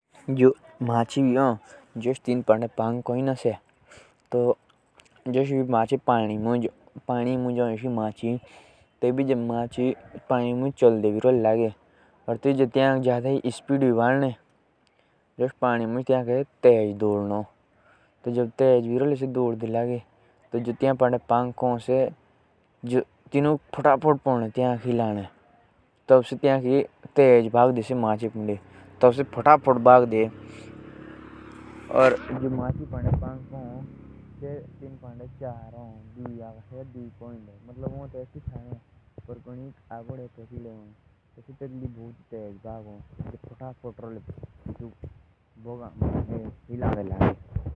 मछिया पड़े जो पंख भी हों। टेकलिया से पानी मुझा आसानी से तेरो और जो हमार हात का काम हो सेना तिनके पंखु का काम हो।